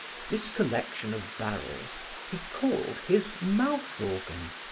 this collection of barrels he called his mouth organ.